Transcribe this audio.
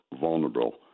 vulnerable